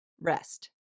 rest